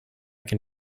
can